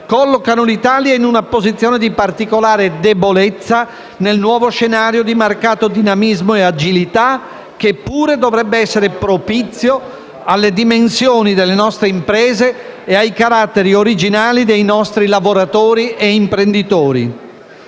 collocano l'Italia in una posizione di particolare debolezza nel nuovo scenario di marcato dinamismo e agilità che pure dovrebbe essere propizio alle dimensioni delle nostre imprese e ai caratteri originali dei nostri lavoratori e imprenditori.